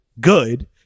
good